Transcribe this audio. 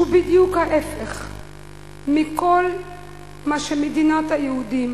שהוא בדיוק ההיפך מכל מה שמדינת היהודים